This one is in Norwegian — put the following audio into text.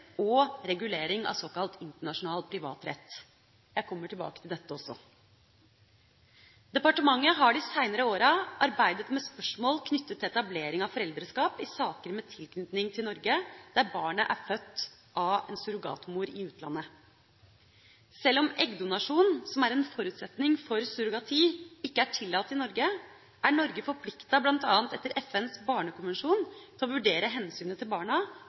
og regulering av såkalt internasjonal privatrett. Jeg kommer tilbake til dette også. Departementet har de seinere åra arbeidet med spørsmål knyttet til etablering av foreldreskap i saker med tilknytning til Norge, der barnet er født av en surrogatmor i utlandet. Sjøl om eggdonasjon, som er en forutsetning for surrogati, ikke er tillatt i Norge, er Norge forpliktet bl.a. etter FNs barnekonvensjon til å vurdere hensynet til barna